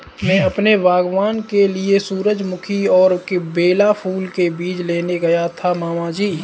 मैं अपने बागबान के लिए सूरजमुखी और बेला फूल के बीज लेने गया था मामा जी